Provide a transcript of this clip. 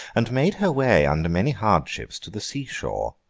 and made her way, under many hardships to the sea-shore.